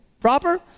Proper